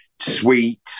Sweet